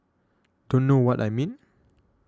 don't know what I mean